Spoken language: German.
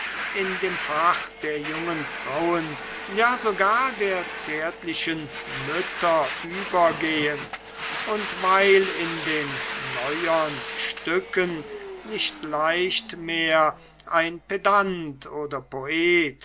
in das fach der jungen frauen ja sogar der zärtlichen mütter übergehen und weil in den neuern stücken nicht leicht mehr ein pedant oder poet